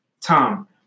Tom